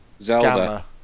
Zelda